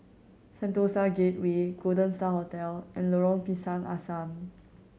Sentosa Gateway Golden Star Hotel and Lorong Pisang Asam